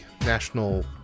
National